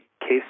case